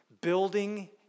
building